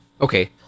Okay